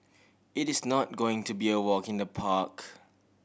it is not going to be a walk in the park